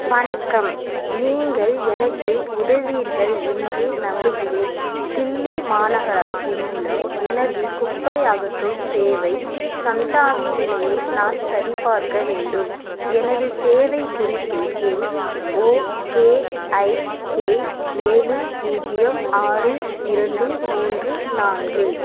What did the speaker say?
வணக்கம் நீங்கள் எனக்கு உதவுவீர்கள் என்று நம்புகிறேன் தில்லி மாநகராட்சி மூலம் எனது குப்பை அகற்றும் சேவை சந்தாவின் நிலையை நான் சரிபார்க்க வேண்டும் எனது சேவை குறிப்பு எண் ஓ கே ஐ கே ஏழு பூஜ்ஜியம் ஆறு இரண்டு மூன்று நான்கு